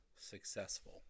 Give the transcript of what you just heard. successful